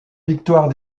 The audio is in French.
victoire